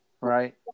right